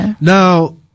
Now